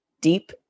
deep